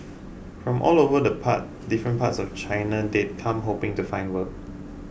from all over the different parts of China they'd come hoping to find work